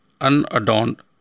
unadorned